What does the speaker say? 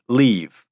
leave